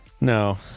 No